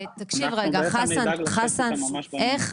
אנחנו, בעצם, נדאג לשבת איתם ממש בימים הקרובים.